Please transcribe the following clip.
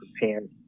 prepared